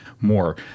more